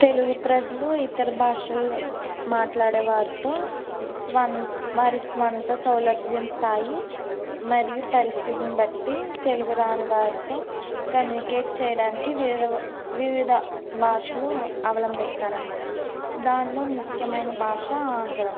తెలుగు ప్రజలు ఇతర భాషల్లో మాట్లాడే వారితో వారి స్వంత సౌలభ్యం స్థాయి మరియు పరిస్థితిని బట్టి తెలుగు రాని వారితో కమ్యూనికేట్ చేయడానికి వివిధ వివిధ భాషలు అవలంబిస్తారు అనమాట దానిలో ముఖ్యమైన భాష ఆంగ్లం